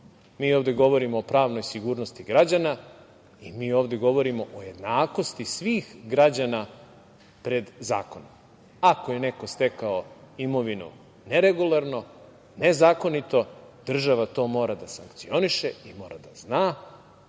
Mi ovde govorimo o pravnoj sigurnosti građana i mi ovde govorimo o jednakosti svih građana pred zakonom. Ako je neko stekao imovinu neregularno, nezakonito, država to mora da sankcioniše i mora da zna